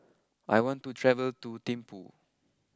I want to travel to Thimphu